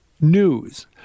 news